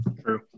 True